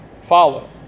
follow